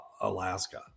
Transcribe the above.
Alaska